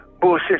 bullshit